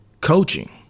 coaching